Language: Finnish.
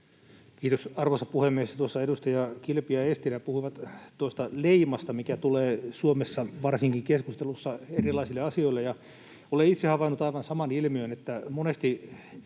Kiitos, arvoisa puhemies! Tuossa edustaja Kilpi ja Eestilä puhuivat tuosta leimasta, mikä tulee Suomessa varsinkin keskustelussa erilaisille asioille. Olen itse havainnut aivan saman ilmiön, että monesti